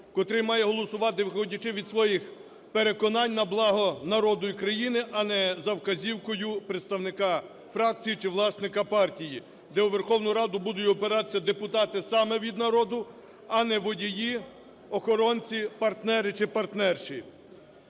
котрий має голосувати, виходячи від своїх переконань, на благо народу і країни, а не за вказівкою представника фракції чи власника партії, де у Верховну Раду будуть обиратися депутати саме від народу, а не водії, охоронці, партнери чи партнерши.